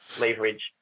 leverage